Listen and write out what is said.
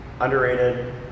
underrated